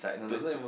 to to